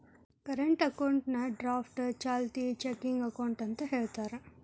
current ಅಕೌಂಟ್ನಾ draft ಚಾಲ್ತಿ checking account ಅಂತ ಹೇಳ್ತಾರ